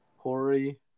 Corey